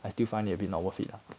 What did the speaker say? I still find it a bit not worth it lah